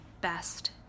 best